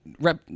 Rep